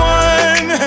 one